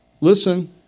listen